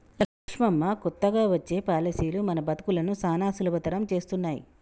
లక్ష్మమ్మ కొత్తగా వచ్చే పాలసీలు మన బతుకులను సానా సులభతరం చేస్తున్నాయి